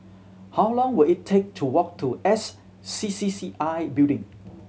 how long will it take to walk to S C C C I Building